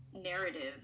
narrative